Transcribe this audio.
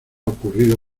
ocurrido